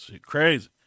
crazy